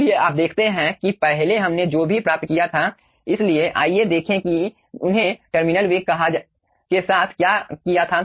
इसलिए आप देखते हैं कि पहले हमने जो भी प्राप्त किया था इसलिए आइए देखें उन्होंने टर्मिनल वेग के साथ क्या किया था